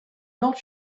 not